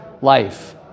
life